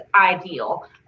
ideal